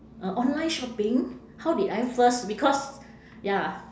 uh online shopping how did I first because ya